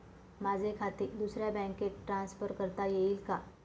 माझे खाते दुसऱ्या बँकेत ट्रान्सफर करता येईल का?